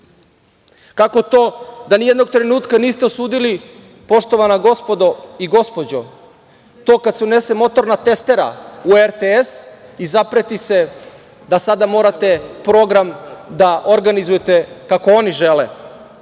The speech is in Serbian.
Kako to da nijednog trenutka niste osudili, poštovana gospodo i gospođo, to kad se unese motorna testera u RTS i zapreti se da sada morate program da organizujete kako oni žele?